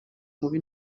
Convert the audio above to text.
mube